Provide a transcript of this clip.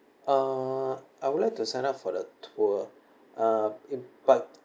uh I would like to sign up for the tour uh pin~ but